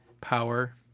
power